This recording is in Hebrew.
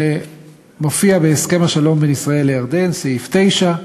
שמופיע בהסכם השלום בין ישראל לירדן, סעיף 9,